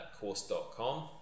course.com